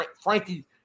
Frankie